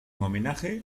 homenaje